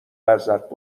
لذت